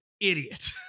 idiot